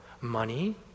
money